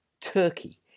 turkey